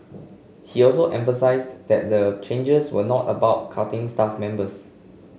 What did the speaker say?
he also emphasised that the changes were not about cutting staff members